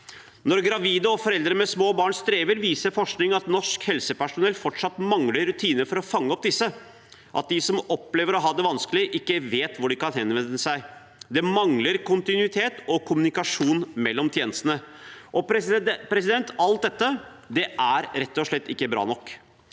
når foreldre med små barn strever, mangler norsk helsepersonell fortsatt rutiner for å fange opp disse, og at de som opplever å ha det vanskelig, ikke vet hvor de kan henvende seg. Det mangler kontinuitet og kommunikasjon mellom tjenestene. Alt dette er rett og slett ikke bra nok.